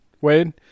Wade